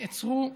נעצרו,